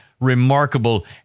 remarkable